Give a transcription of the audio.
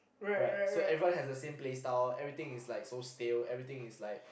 right so everyone have the same play style everything is like so still everything is like